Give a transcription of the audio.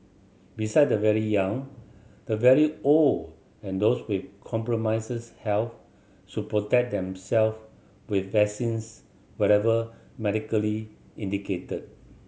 besides the very young the very old and those with compromises health should protect themself with vaccines whenever medically indicated